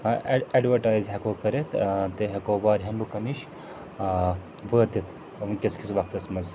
advertise ہیٚکو کٔرِتھ ٲں تہٕ ہیٚکو واریاہَن لوٗکَن نِش ٲں وٲتِتھ وُنٛکیٚن کِس وقتَس منٛز